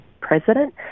president